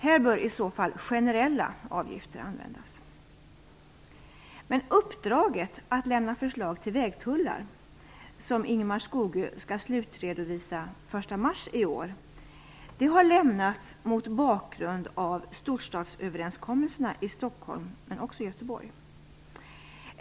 Här bör i så fall generella avgifter användas. Ingemar Skogö skall slutredovisa den 1 mars i år, har lämnats mot bakgrund av Storstadsöverenskommelserna i Stockholm och Göteborg.